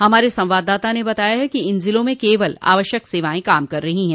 हमारे संवाददाता ने बताया है कि इन जिलों में केवल आवश्यक सेवाएं काम कर रही हैं